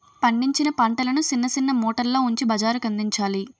పండించిన పంటలను సిన్న సిన్న మూటల్లో ఉంచి బజారుకందించాలి